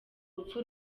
rupfu